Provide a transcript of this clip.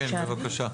כן, בבקשה.